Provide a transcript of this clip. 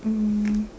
um